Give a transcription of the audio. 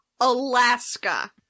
Alaska